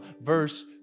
verse